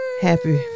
happy